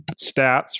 stats